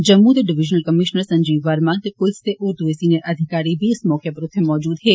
जम्मू दे divisional commissioner Sanjeev Verma ते पुलस दे होर दुए सिनियर अधिकारी इस मौके उत्थे मौजूद हे